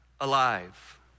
alive